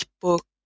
book